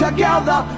Together